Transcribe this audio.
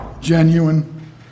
genuine